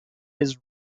his